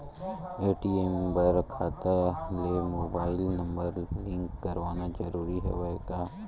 ATM बर खाता ले मुबाइल नम्बर लिंक करवाना ज़रूरी हवय का?